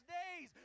days